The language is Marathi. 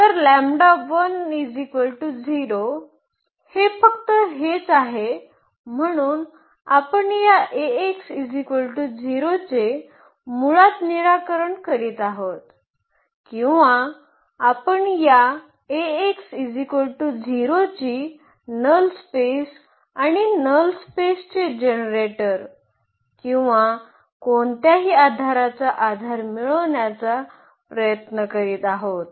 तर हे फक्त हेच आहे म्हणून आपण या चे मुळात निराकरण करीत आहोत किंवा आपण या ची नल स्पेस आणि नल स्पेसचे जनरेटर किंवा कोणत्याही आधाराचा आधार मिळवण्याचा प्रयत्न करीत आहोत